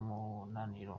umunaniro